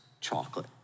chocolate